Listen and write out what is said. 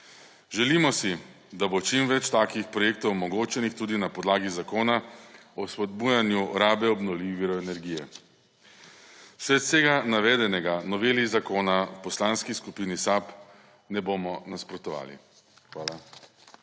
Želimo si, da bo čim več takih projektov omogočenih tudi na podlagi zakona o spodbujanju rabe obnovljivih virov energije. Sled(?) vsega navedenega noveli zakona v Poslanski skupini SAB ne bomo nasprotovali. Hvala.